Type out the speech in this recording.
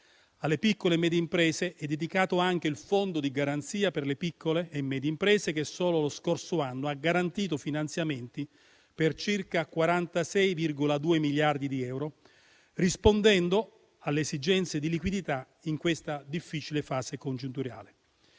del Ministero. Ad esse è dedicato anche il Fondo di garanzia per le piccole e medie imprese, che solo lo scorso anno ha garantito finanziamenti per circa 46,2 miliardi di euro, rispondendo alle esigenze di liquidità in questa difficile fase congiunturale.